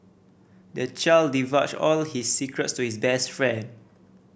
the child divulged all his secrets to his best friend